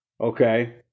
Okay